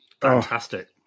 Fantastic